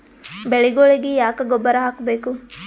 ಬೆಳಿಗೊಳಿಗಿ ಯಾಕ ಗೊಬ್ಬರ ಹಾಕಬೇಕು?